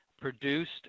produced